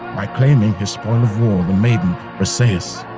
by claiming his spoil of war, the maiden briseis.